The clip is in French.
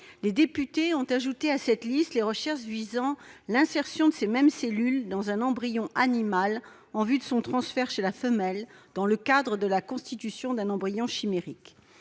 députés y ont ajouté les recherches visant l'insertion de ces mêmes cellules dans un embryon animal en vue de son transfert chez la femelle et de la constitution d'un embryon chimérique.